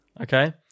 Okay